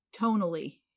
tonally